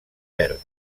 verd